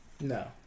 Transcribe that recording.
No